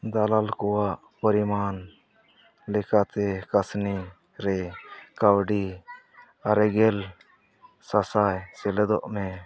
ᱫᱟᱞᱟᱞ ᱠᱚᱣᱟᱜ ᱯᱚᱨᱤᱢᱟᱱ ᱞᱮᱠᱟᱛᱮ ᱠᱟᱥᱱᱤ ᱨᱮ ᱠᱟᱣᱰᱤ ᱟᱨᱮᱜᱮᱞ ᱥᱟᱥᱟᱭ ᱥᱮᱞᱮᱫᱽᱢᱮ